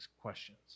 questions